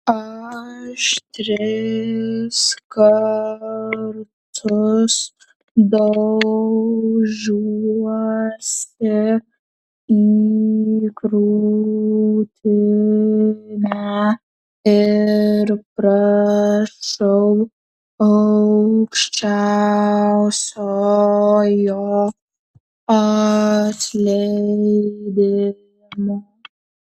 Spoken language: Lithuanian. aš tris kartus daužiuosi į krūtinę ir prašau aukščiausiojo atleidimo